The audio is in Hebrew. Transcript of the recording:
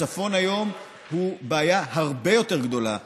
הצפון היום הוא בעיה הרבה יותר גדולה במערכה,